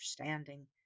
understanding